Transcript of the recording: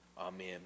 Amen